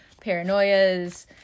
paranoias